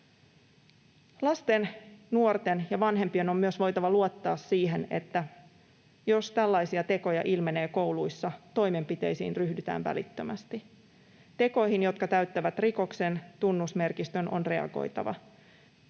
Lasten, nuorten ja vanhempien on myös voitava luottaa siihen, että jos tällaisia tekoja ilmenee kouluissa, toimenpiteisiin ryhdytään välittömästi. Tekoihin, jotka täyttävät rikoksen tunnusmerkistön, on reagoitava